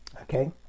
Okay